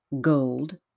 gold